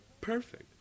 perfect